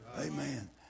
amen